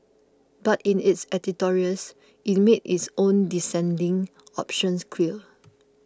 but in its editorials it made its own dissenting options clear